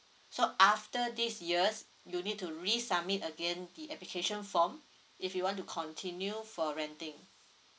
so after these years you need to resubmit again the application form if you want to continue for renting